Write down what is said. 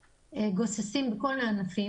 בגזרה הזו הרשויות?